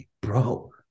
bro